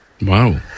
Wow